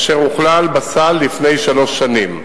אשר הוכלל בסל לפני שלוש שנים.